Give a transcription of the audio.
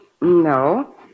No